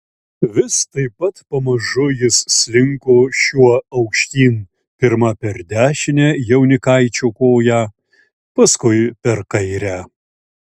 vis taip pat pamažu jis slinko šiuo aukštyn pirma per dešinę jaunikaičio koją paskui per kairę